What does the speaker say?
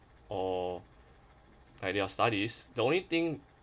or like their studies the only thing